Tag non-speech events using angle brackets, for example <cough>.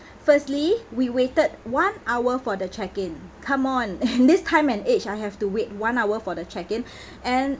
firstly we waited one hour for the check in come on <laughs> in this time and age I have to wait one hour for the check in <breath> and